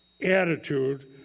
attitude